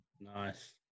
Nice